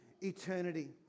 eternity